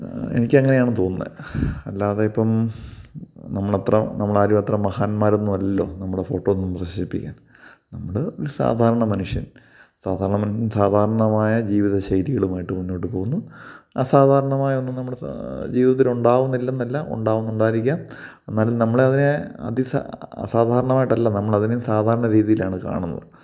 എനിക്കങ്ങനെയാണ് തോന്നുന്നത് അല്ലാതെ ഇപ്പം നമ്മളത്ര നമ്മളാരും അത്ര മഹാന്മാരൊന്നും അല്ലല്ലോ നമ്മുടെ ഫോട്ടോ ഒന്നും പ്രദർശിപ്പിക്കാൻ നമ്മൾ ഒരു സാധാരണ മനുഷ്യൻ സാധാരണ മനുഷ്യൻ സാധാരണമായ ജീവിത ശൈലികളുമായിട്ട് മുന്നോട്ട് പോകുന്നു അസാധാരണമായ ഒന്നും നമ്മുടെ ജീവിതത്തിൽ ഉണ്ടാകുന്നില്ലെന്നല്ല ഉണ്ടാവുന്നുണ്ടായിരിക്കാം എന്നാലും നമ്മളതിനെ അതിനെ അസാധാരണമായിട്ടല്ല നമ്മൾ അതിനേം സാധാരണ രീതിയിലാണ് കാണുന്നത്